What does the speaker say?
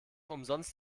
umsonst